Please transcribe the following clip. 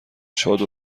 چادر